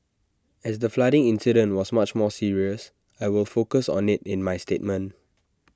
as the flooding incident was much more serious I will focus on IT in my statement